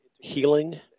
healing